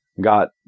got